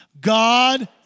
God